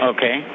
Okay